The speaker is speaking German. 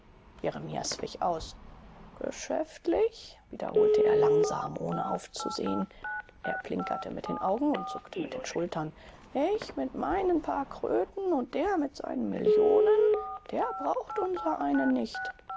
jeremias wich aus geschäftlich wiederholte er langsam ohne aufzusehen er plinkerte mit den augen und zuckte mit den schultern ich mit meinen paar kröten und der mit seinen millionen der braucht unsereinen nicht